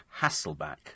Hasselback